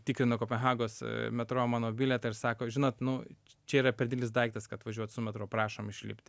tikrino kopenhagos metro mano bilietą ir sako žinot nu čia yra per didelis daiktas kad važiuot su metro prašom išlipti